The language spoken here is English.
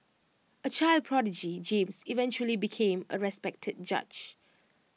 A child prodigy James eventually became A respected judge